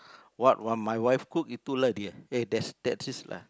what what my wife cook itu eh that's is lah